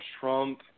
Trump